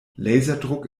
laserdruck